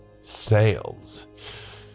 sales